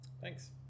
Thanks